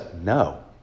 no